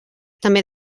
també